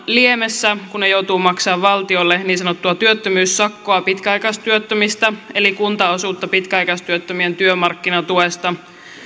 liemessä kun ne joutuvat maksamaan valtiolle niin sanottua työttömyyssakkoa pitkäaikaistyöttömistä eli kuntaosuutta pitkäaikaistyöttömien työmarkkinatuesta